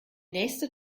nächste